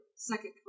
second